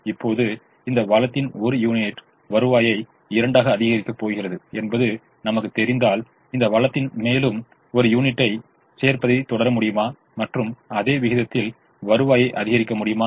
இப்போது இந்த வளத்தின் 1 யூனிட் வருவாயை 2 ஆக அதிகரிக்கப் போகிறது என்பது நமக்குத் தெரிந்தால் இந்த வளத்தின் மேலும் 1 யூனிட்டைச் சேர்ப்பதைத் தொடர முடியுமா மற்றும் அதே விகிதத்தில் வருவாயை அதிகரிக்க முடியுமா